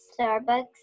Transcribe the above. Starbucks